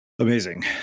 Amazing